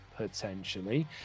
potentially